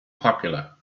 popular